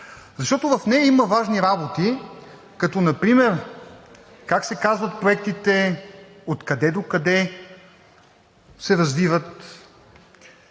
защото в нея има важни работи, като например как се казват проектите, откъде докъде се развиват;